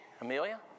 Amelia